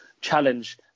challenge